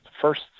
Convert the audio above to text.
first